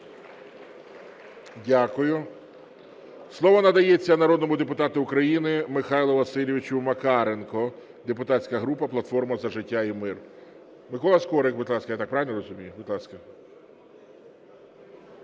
Дякую. Слово надається народному депутату України Михайлу Васильовичу Макаренку, депутатська група "За життя і мир". Микола Скорик, будь ласка. Я так правильно розумію?